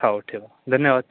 हो ठेवा धन्यवाद